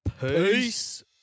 peace